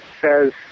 says